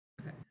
Okay